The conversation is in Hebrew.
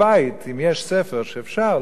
אם יש ספר שאפשר להשאיל,